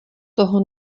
toho